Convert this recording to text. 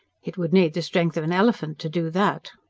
it would need the strength of an elephant to do that.